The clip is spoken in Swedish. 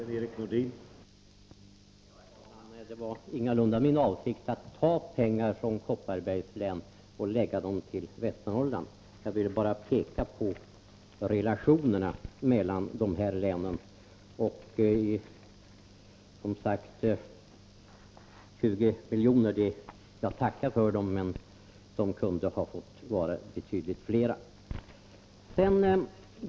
Herr talman! Det var ingalunda min avsikt att ta pengar från Kopparbergs län och lägga dem till Västernorrlands län. Jag ville bara peka på relationerna mellan dessa län. Jag tackar för de 20 miljonerna, men de kunde ha fått vara betydligt fler.